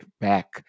back